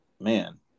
man